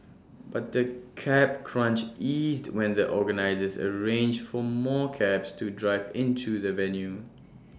but the cab crunch eased when the organisers arranged for more cabs to drive into the venue